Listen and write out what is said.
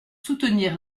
soutenir